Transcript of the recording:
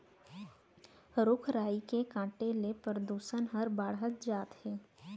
रूख राई के काटे ले परदूसन हर बाढ़त जात हे